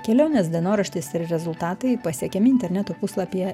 kelionės dienoraštis ir rezultatai pasiekiami interneto puslapyje